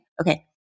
okay